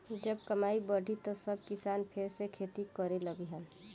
जब कमाई बढ़ी त सब किसान फेर से खेती करे लगिहन